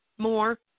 more